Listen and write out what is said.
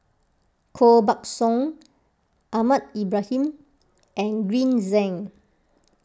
Koh Buck Song Ahmad Ibrahim and Green Zeng